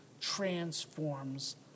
transforms